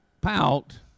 pout